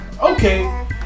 Okay